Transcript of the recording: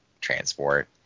transport